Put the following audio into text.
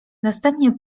następnie